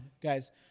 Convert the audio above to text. guys